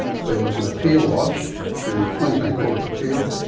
there was an appeal lodged to the queensland court of appeal,